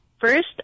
first